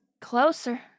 closer